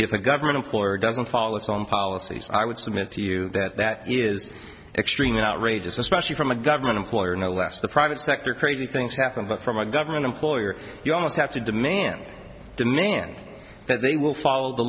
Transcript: if the government employer doesn't follow its own policies i would submit to you that that is extremely outrageous especially from a government employee and unless the private sector crazy things happen but from a government employer you almost have to demand demand that they will follow the